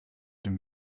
dem